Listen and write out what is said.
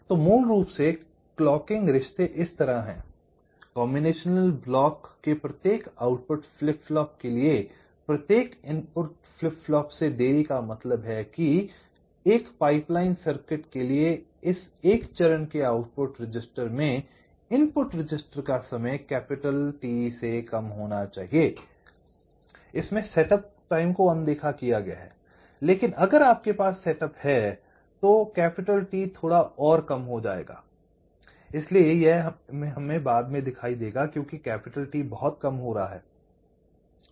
तो मूल रूप से क्लॉकिंग रिश्ते इस तरह हैं कॉम्बिनेशन ब्लॉक के प्रत्येक आउटपुट फ्लिप फ्लॉप के लिए प्रत्येक इनपुट फ्लिप फ्लॉप से देरी का मतलब है कि एक पाइपलाइन सर्किट के लिए इस एक चरण के आउटपुट रजिस्टर में इनपुट रजिस्टर का समय T से कम होना चाहिए इसमें सेटअप को अनदेखा किया गया है लेकिन अगर आपके पास सेटअप है तो T थोड़ा और कम हो जायेगा I इसलिए यह हमें बाद में दिखाई देगा क्यों T बहुत कम हो रहा है